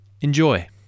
Enjoy